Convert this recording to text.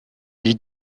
les